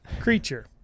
creature